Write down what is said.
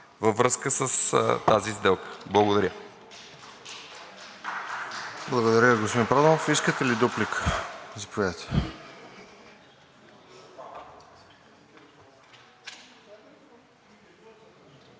във връзка с тази сделка. Благодаря.